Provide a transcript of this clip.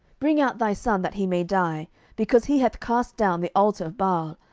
bring out thy son, that he may die because he hath cast down the altar of baal,